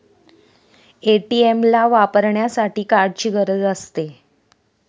ATM ला वापरण्यासाठी कार्डची गरज असते